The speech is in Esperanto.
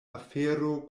afero